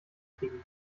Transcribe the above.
kriegen